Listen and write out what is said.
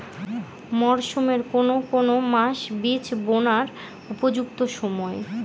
মরসুমের কোন কোন মাস বীজ বোনার উপযুক্ত সময়?